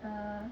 err